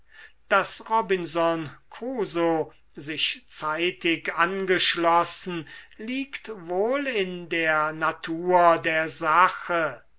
daß robinson crusoe sich zeitig angeschlossen liegt wohl in der natur der sache